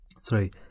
sorry